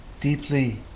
deeply